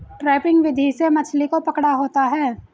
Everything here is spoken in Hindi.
ट्रैपिंग विधि से मछली को पकड़ा होता है